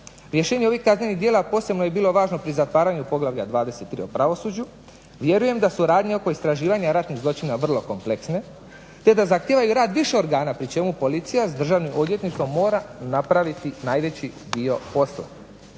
Rješenje ovih kaznenih djela posebno je bilo važno pri zatvaranju poglavlja 23 o pravosuđu. Vjerujem da suradnja oko istraživanja ratnih zločina vrlo kompleksne te za zahtijevaju rad više organa pri čemu policija s državnim odvjetništvom mora napraviti najveći dio posla.